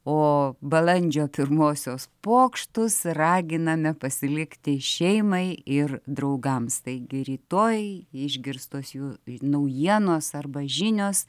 o balandžio pirmosios pokštus raginame pasilikti šeimai ir draugams taigi rytoj išgirstos jų naujienos arba žinios